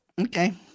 Okay